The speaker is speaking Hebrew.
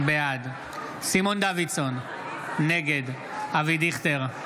בעד סימון דוידסון, נגד אבי דיכטר, בעד